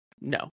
no